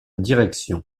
direction